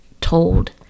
told